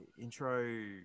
Intro